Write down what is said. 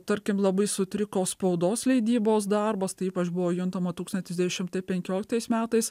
tarkim labai sutriko spaudos leidybos darbas tai ypač buvo juntama tūkstantis devyni šimtai penkioliktais metais